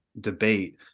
debate